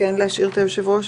להשאיר את היושב-ראש.